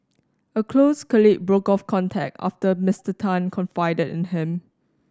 a close colleague broke off contact after Mister Tan confided in him